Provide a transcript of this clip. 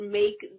make